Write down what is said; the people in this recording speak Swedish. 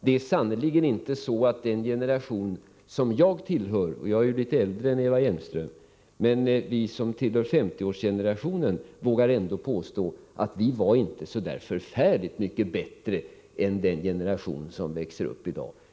Det är sannerligen inte så att den generation som jag tillhör var så förfärligt mycket bättre än den generation som växer upp i dag — det vågar jag ändå påstå. Jag är ju litet äldre än Eva Hjelmström; jag tillhör 50-årsgenerationen i dag.